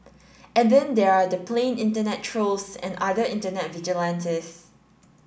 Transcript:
and then there are the plain internet trolls and other internet vigilantes